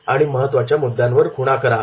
आणि महत्त्वाच्या मुद्द्यांवर खुणा करा